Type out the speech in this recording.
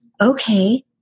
Okay